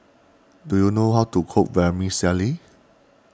do you know how to cook Vermicelli